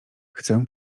chcę